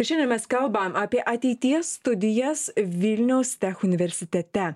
ir šiandien mes kalbam apie ateities studijas vilniaus tech universitete